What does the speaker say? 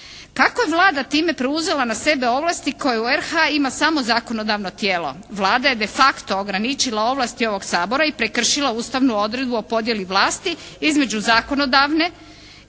Kako je Vlada time preuzela na sebe ovlasti koje u RH ima samo zakonodavno tijelo Vlada je de facto ograničila ovlasti ovog Sabora i prekršila ustavnu odredbu o podijeli vlasti između zakonodavne